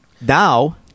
now